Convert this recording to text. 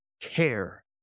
care